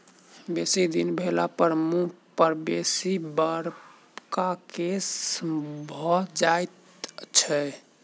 बेसी दिन भेलापर मुँह पर बेसी बड़का केश भ जाइत छै